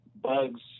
bugs